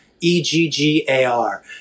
E-G-G-A-R